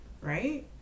right